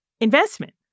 investment